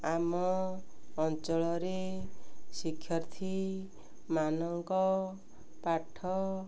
ଆମ ଅଞ୍ଚଳରେ ଶିକ୍ଷାର୍ଥୀମାନଙ୍କ ପାଠ